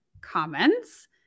comments